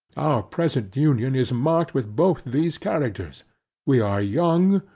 present union is marked with both these characters we are young,